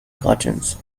cartoons